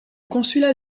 consulat